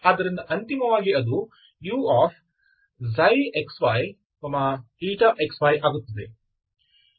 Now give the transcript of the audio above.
ಆದ್ದರಿಂದ ಅಂತಿಮವಾಗಿ ಅದು uξ xyxy ಆಗುತ್ತದೆ